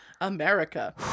America